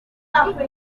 after